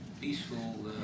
peaceful